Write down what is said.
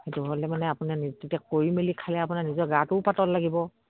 সেইটো হ'লে মানে আপোনাৰ তেতিয়া কৰি মেলি খালে আপোনাৰ নিজৰ গাটোও পাতল লাগিব